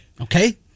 Okay